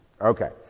Okay